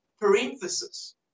parenthesis